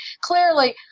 clearly